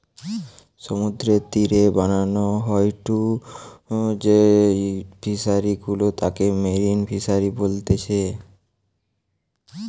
সমুদ্রের তীরে বানানো হয়ঢু যেই ফিশারি গুলা তাকে মেরিন ফিসারী বলতিচ্ছে